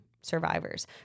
survivors